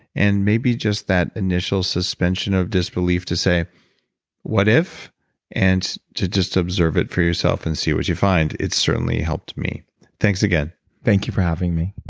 and maybe just that initial suspension of disbelief to say what if and to just observe it for yourself and see what you find. it's certainly helped me thanks again thank you for having me